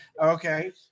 Okay